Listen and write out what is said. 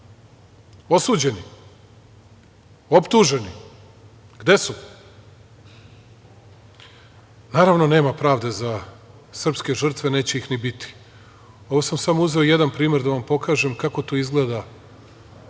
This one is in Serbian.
Osuđeni? Optuženi? Gde su? Naravno, nema pravde za srpske žrtve, neće ih ni biti. Ovo sam uzeo samo jedan primer da vam pokažem, kako to izgleda